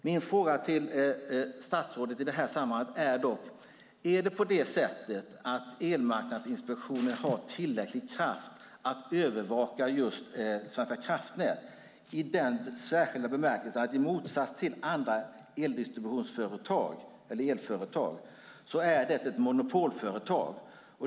Min fråga till statsrådet i det här sammanhanget är dock: Har Elmarknadsinspektionen tillräcklig kraft för att övervaka just Svenska kraftnät i den särskilda bemärkelsen att det i motsats till andra elföretag är ett monopolföretag?